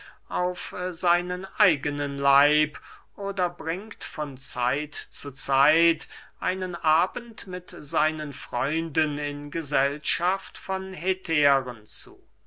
auf seinen eigenen leib oder bringt von zeit zu zeit einen abend mit seinen freunden in gesellschaft von hetären zu